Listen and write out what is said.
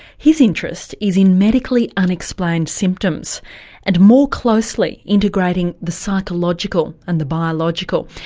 his interest is in medically unexplained symptoms and more closely integrating the psychological and the biological.